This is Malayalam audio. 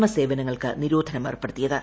എസ് സേവനങ്ങൾക്ക് നിരോധനമേർപ്പെടുത്തിയത്